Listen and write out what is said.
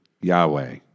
Yahweh